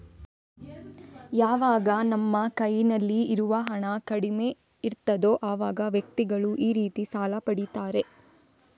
ಯಾವಾಗ ನಮ್ಮ ಕೈನಲ್ಲಿ ಇರುವ ಹಣ ಕಡಿಮೆ ಇರ್ತದೋ ಅವಾಗ ವ್ಯಕ್ತಿಗಳು ಈ ರೀತಿ ಸಾಲ ಪಡೀತಾರೆ